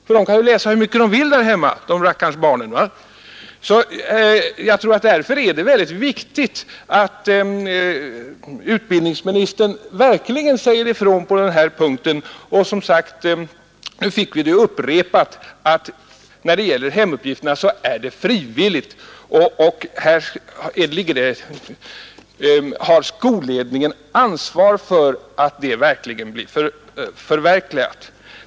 Då skulle ju dessa barn kunna läsa och lära sig hur mycket de vill där hemma! Därför är det mycket viktigt att utbildningsministern verkligen säger ifrån på denna punkt. Nu fick vi också detta upprepat. Hemuppgifterna är frivilliga och skolledningen har ansvaret för att de principiella riktlinjerna blir förverkligade.